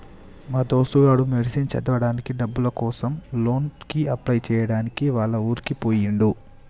మా దోస్తు గాడు మెడిసిన్ చదవడానికి డబ్బుల కోసం లోన్ కి అప్లై చేయడానికి వాళ్ల ఊరికి పోయిండు